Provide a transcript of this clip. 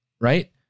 right